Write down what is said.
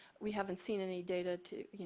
we haven't seen any data to,